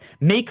make